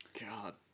god